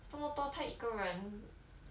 这么多他一个人